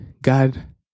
God